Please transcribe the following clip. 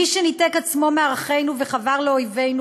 מי שניתק את עצמו מערכינו וחבר לאויבינו,